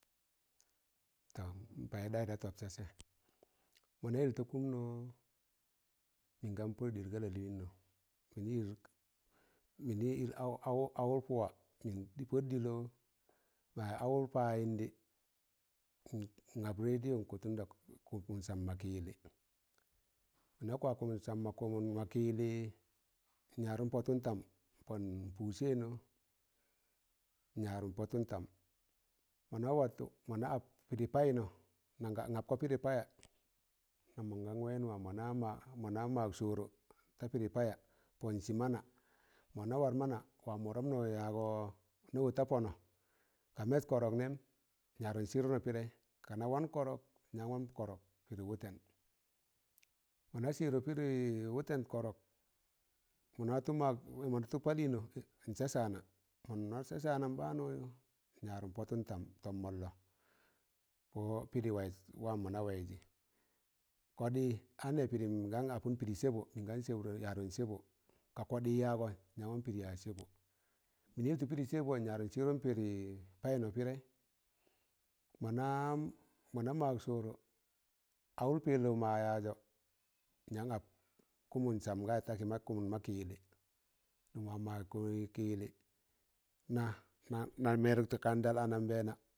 Tọ n paịdayị ta tọb sasẹ, mọna ịl ta kụmmọ, mịn gan pọr ɗịlo ga lalịịnnọ mịn gin ịll awụr pụwa mịn pọd ɗịlọ maya awụr payịndị n ap rediyo n kọtụn da kụmụn sam ma kị yịllị mọ na kwa kụmụn sam ma kiyili n yadu pọtụn tam pon i puu seino nyanu poton tam mona wọtụn mọ na ap pịrị paịnọ, napmọ pịrị paya nam mọn gan wayịn wa mọ na mag sọọro, ta pịrị paya pọn nsị mana mọ na warmana wam wọrọpnọ yaagọ, na wọt ta pọnọ ka mẹs kọrọk nẹm nyarọn sịrụnọ pịrẹị, kana wen kọrọk nyaan wan kọrọk pịrị wụtẹn, mọ na sidon pidi wuten korok nwatu mag mọna watị pal ịnọ nyaan saa saana mọ na sa saanam baanụ n yarọn pọtụn tam tọm mọllọ pọ pịrị wayịz wam mọna waịzị kọɗị anẹ pịrịn gan apụn pịrị sẹbo mịn gan sẹbdọn yaadọn sẹbọ ka kọɗị yaagọ nyaan wan pịrị yaz sẹbọ mịnị yịltụ pịrị seb nyan sirun pịrẹị tei pide mona magun sọọrọ awụr pẹllọụ mọ yaazọ n yaan ap kụmụn sam gayị takị ma kụmụn ma kị yịllị nụm wam mọ kore kiyilli na nang mẹrụk ta kaandal anambẹẹna.